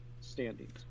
standings